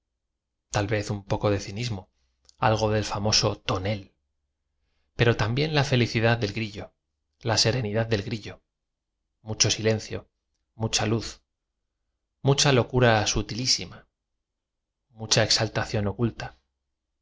tal v e z un poco de cinismo algo del famoso toneu pero también la felicidad del g r i llo la serenidad del grillo mucho silencio mucha luz mucha locura sutilísima mucha exaltación ocul